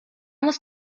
muss